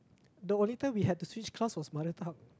the only time we had to switch class was mother tongue